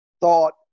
thought